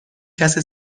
کسی